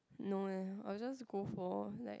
no leh I will just go for like